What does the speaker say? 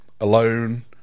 alone